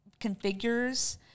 Configures